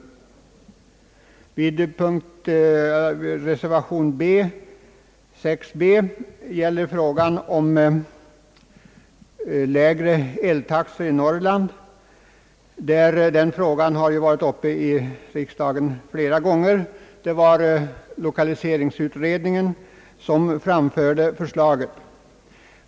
I reservation b gäller frågan lägre eltaxor i Norrland. Denna fråga har varit uppe i riksdagen flera gånger. Det var den stora lokaliseringsutredningen som framförde förslag härom.